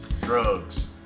Drugs